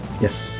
Yes